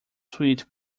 sweet